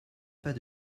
pas